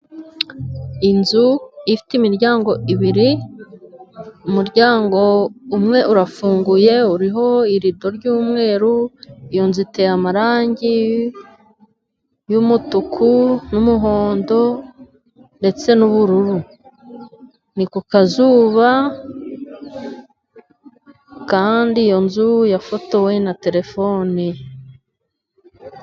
Inzu ifite imiryango ibiri umuryango umwe urafunguye uriho irido ry'umweru, iyo nzu iteye amarangi y'umutuku n'umuhondo, ndetse n'ubururu ni ku kazuba kandi iyo nzu yafotowe na terefone.